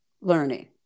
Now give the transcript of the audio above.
learning